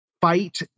fight